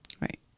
Right